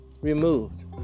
removed